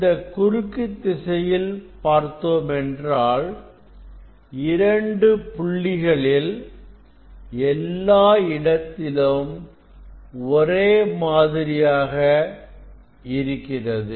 இந்த குறுக்கு திசையில் பார்த்தோமென்றால் இரண்டு புள்ளிகளில் எல்லா இடத்திலும் ஒரே மாதிரியாக இருக்கிறது